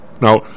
Now